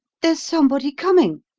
there's somebody coming.